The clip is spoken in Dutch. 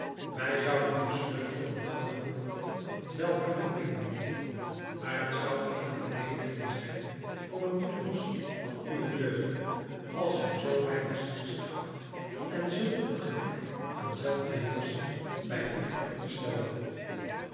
wij zouden den sleutel van de gouden poort wel kunnen medenemen maar het zou eene beleediging zijn voor een prins van uwe deugden als wij zoo weinig zielskracht en zulk een gebrek aan zelfbeheersching bij u veronderstelden